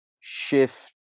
shift